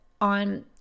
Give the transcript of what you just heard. on